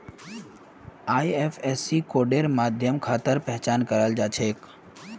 IFSC कोडेर माध्यम खातार पहचान कराल जा छेक